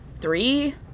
three